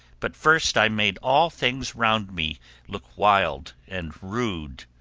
but first i made all things round me look wild and rude.